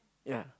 yeah